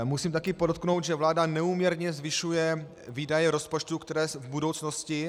Musím také podotknout, že vláda neúměrně zvyšuje výdaje rozpočtu v budoucnosti.